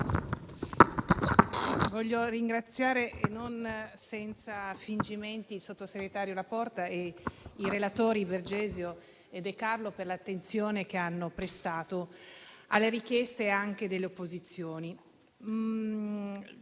voglio ringraziare senza fingimenti il sottosegretario La Pietra e i relatori Bergesio e De Carlo per l'attenzione che hanno prestato alle richieste delle opposizioni.